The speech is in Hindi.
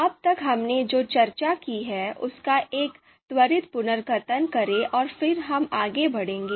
अब तक हमने जो चर्चा की है उसका एक त्वरित पुनर्कथन करें और फिर हम आगे बढ़ेंगे